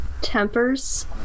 tempers